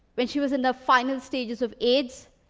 when she was in the final stages of aids,